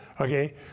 Okay